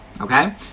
okay